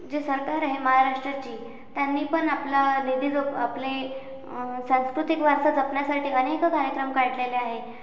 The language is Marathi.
जे सरकार आहे महाराष्ट्राची त्यांनी पण आपला निधी जोप आपले सांस्कृतिक वारसा जपण्यासाठी अनेक कार्यक्रम काढलेले आहे